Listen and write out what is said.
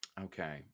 Okay